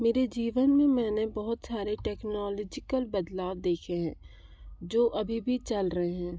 मेरे जीवन मे मैंने बहुत टेक्नॉलजीकल बदलाव देखे हैं जो अभी भी चल रहे हैं